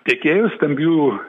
tiekėjus stambių